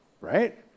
right